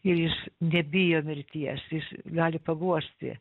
ir jis nebijo mirties jis gali paguosti